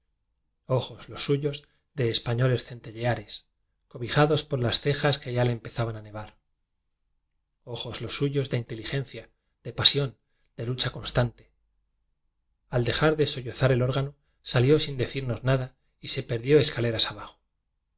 los suyos de españoles centelleares cobi jados por las cejas que ya le empezaban a nevar ojos los suyos de inteligencia de pasión de lucha constante al dejar de sollozar el órgano salió sin decirnos nada y se perdió escaleras abajo